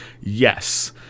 Yes